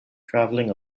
traveling